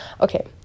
okay